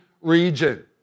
region